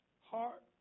Heart